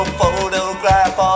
photograph